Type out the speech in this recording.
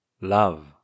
Love